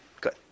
Good